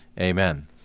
amen